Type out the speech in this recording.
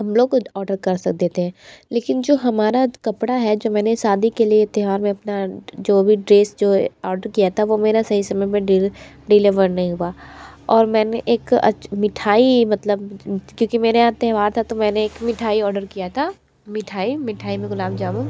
हम लोग कुछ ऑर्डर कर देते हैं लेकिन जो हमारा कपड़ा है जो मैंने शादी के लिए त्यौहार में अपना जो भी ड्रेस जो ऑर्डर किया था वो मेरा सही समय में डील डिलेवर नहीं हुआ और मैंने एक अछ मिठाई मतलब क्योंकि मेरे यहाँ त्यौहार था तो मैंने एक मिठाई ऑर्डर किया था मिठाई मिठाई में गुलाब जामुन